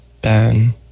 Ben